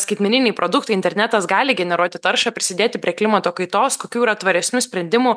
skaitmeniniai produktai internetas gali generuoti taršą prisidėti prie klimato kaitos kokių yra tvaresnių sprendimų